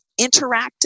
interactive